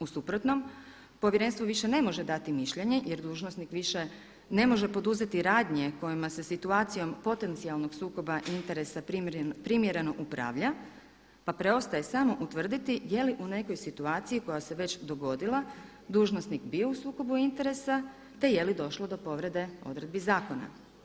U suprotnom Povjerenstvo više ne može dati mišljenje jer dužnosnik više ne može poduzeti radnje kojima se situacijom potencijalnog sukoba interesa primjereno upravlja pa preostaje samo utvrditi je li u nekoj situaciji koja se već dogodila dužnosnik bio u sukobu interesa te je li došlo do povrede odredbi zakona.